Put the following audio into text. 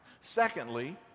secondly